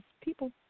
people